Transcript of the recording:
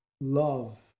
Love